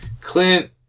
Clint